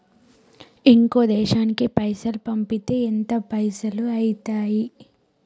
ఇంకో దేశానికి పైసల్ పంపితే ఎంత పైసలు అయితయి?